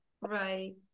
Right